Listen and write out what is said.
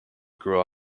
grew